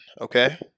okay